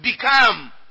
become